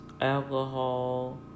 alcohol